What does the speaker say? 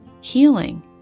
healing